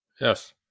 Yes